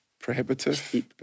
prohibitive